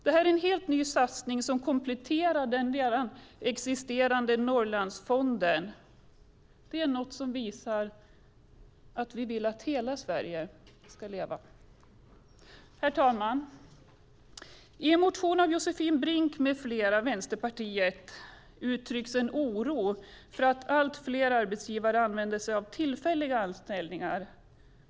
Det är en helt ny satsning som kompletterar den redan existerande Norrlandsfonden. Det visar att vi vill att hela Sverige ska leva. Herr talman! I en motion av Vänsterpartiets Josefin Brink med flera uttrycks oro över att allt fler arbetsgivare använder sig av tillfälliga anställningar.